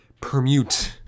permute